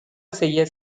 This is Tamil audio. செய்ய